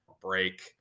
break